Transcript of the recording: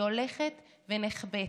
היא הולכת ונכבית.